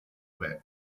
bed